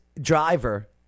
driver